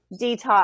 detox